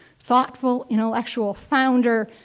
thoughtful intellectual founder,